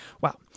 Wow